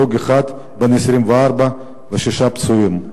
הרוג אחד בן 24 ושישה פצועים,